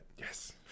Yes